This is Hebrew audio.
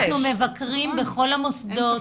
מבקרים בכל המוסדות.